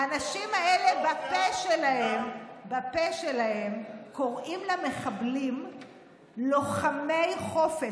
כי האנשים האלה בפה שלהם קוראים למחבלים "לוחמי חופש",